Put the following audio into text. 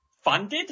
funded